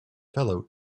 fellow